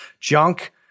junk